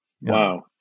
Wow